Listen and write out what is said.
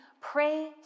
pray